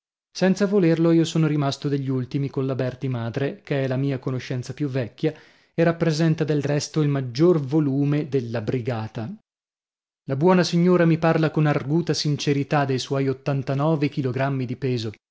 senza volerlo io sono rimasto degli ultimi colla berti madre che è la mia conoscenza più vecchia e rappresenta del resto il maggior volume della brigata la buona signora mi parla con arguta sincerità dei suoi ottantanove chilogrammi di peso